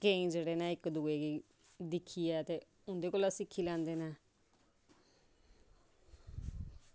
ते जेह्ड़े न इक दुए गी दिक्खियै ते उं'दे कोला सिक्खी लैंदे न